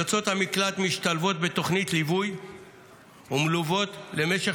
יוצאות המקלט משתלבות בתוכנית ליווי ומלוות למשך